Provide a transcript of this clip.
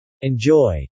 Enjoy